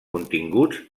continguts